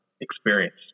experience